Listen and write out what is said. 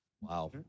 Wow